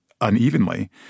unevenly